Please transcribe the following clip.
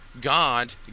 God